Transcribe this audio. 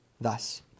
Thus